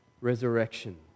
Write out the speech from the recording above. resurrection